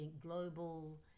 global